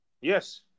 Yes